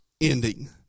ending